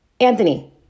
Anthony